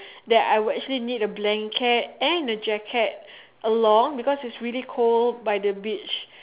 that I would actually need a blanket and a jacket along because it's really cold by the beach